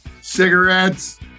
cigarettes